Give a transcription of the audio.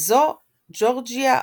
וזו ג'ירג'יה אוקיף,